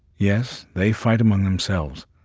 yes, they fight among themselves.